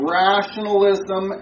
rationalism